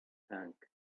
tank